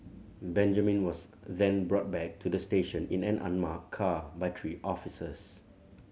Benjamin was then brought back to the station in an unmarked car by three officers